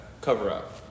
cover-up